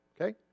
Okay